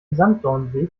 sanddornweg